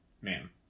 man